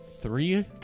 Three